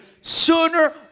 sooner